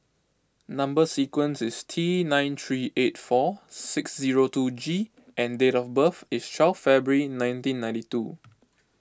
Number Sequence is T nine three eight four six zero two G and date of birth is twelve February nineteen ninety two